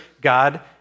God